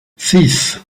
six